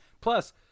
Plus